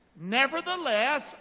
Nevertheless